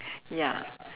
ya